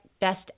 best